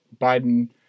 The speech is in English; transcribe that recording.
Biden